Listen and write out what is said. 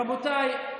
רבותיי,